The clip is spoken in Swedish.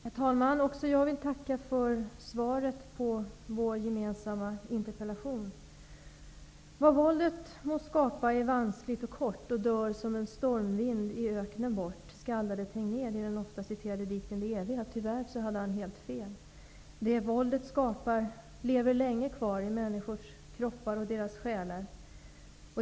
Fru talman! Också jag vill tacka för svaret på våra gemensamma interpellationer. ''Vad våldet må skapa är vanskligt och kort, och dör som en stormvind i öknen bort'' skaldade Tegnér i den ofta citerade dikten Det eviga. Tyvärr hade han helt fel. Det våldet skapar lever länge kvar i människors kroppar och i deras själar.